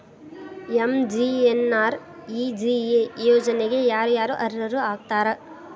MGNREGA ಯೋಜನೆಗೆ ಯಾರ ಯಾರು ಅರ್ಹರು ಆಗ್ತಾರ?